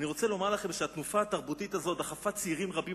אני רוצה לומר לכם שהתנופה התרבותית הזאת דחפה צעירים רבים